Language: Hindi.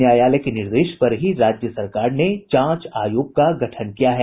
न्यायालय के निर्देश पर ही राज्य सरकार ने जांच आयोग का गठन किया है